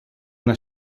una